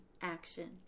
action